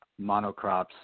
monocrops